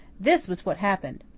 this was what happened,